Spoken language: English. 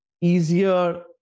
easier